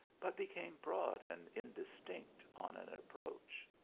but became broad and indistinct on an approach.